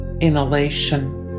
inhalation